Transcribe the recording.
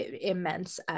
immense